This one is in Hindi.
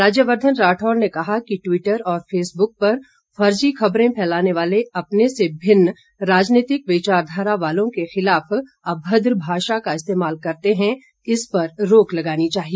राज्यवर्धन राठौड़ ने कहा कि टिवटर और फेसबुक पर फर्जी खबरें फैलाने वाले अपने से भिन्न राजनीतिक विचारधारा वालों के खिलाफ अभद्र भाषा का इस्तेमाल करते है इस पर रोक लगानी चाहिए